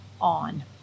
on